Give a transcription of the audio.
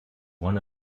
one